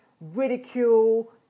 ridicule